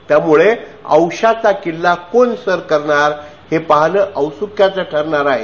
त्यामुळे औशाच्या किल्ला कोण सर करणार हे पाहण औत्सुक्याचं ठरणार आहे